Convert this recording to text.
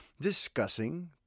discussing